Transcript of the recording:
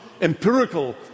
empirical